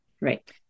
Right